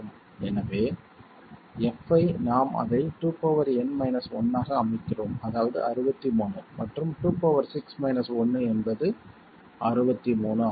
எனவே f ஐ நாம் அதை 2n 1 ஆக அமைக்கிறோம் அதாவது 63 மற்றும் 26 1 என்பது 63 ஆகும்